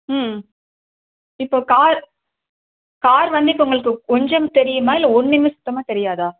ம் இப்போது car car வந்து இப்போ உங்களுக்கு கொஞ்சம் தெரியுமா இல்லை ஒன்றுமே சுத்தமாக தெரியாதா